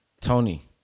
Tony